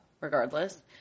regardless